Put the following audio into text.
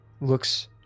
looks